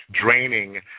draining